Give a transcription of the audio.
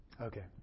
Okay